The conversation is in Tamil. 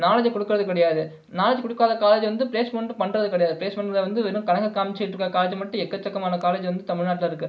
நாலேட்ஜை கொடுக்குறது கிடையாது நாலேட்ஜை கொடுக்காத காலேஜ் வந்து ப்ளேஸ்ட்மெண்ட்டும் பண்ணுறது கிடையாது ப்ளேஸ்மெண்ட்டில் வந்து வெறும் கணக்கு காமிச்சுட்டுருக்குற காலேஜ் மட்டும் எக்கச்சக்கமான காலேஜ் வந்து தமிழ்நாட்டில் இருக்குது